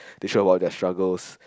they show about their struggles